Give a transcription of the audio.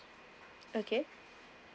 okay